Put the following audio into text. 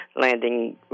landing